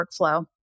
workflow